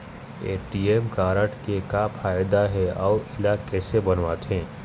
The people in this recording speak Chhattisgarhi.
ए.टी.एम कारड के का फायदा हे अऊ इला कैसे बनवाथे?